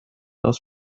aus